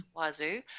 wazoo